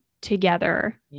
together